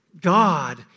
God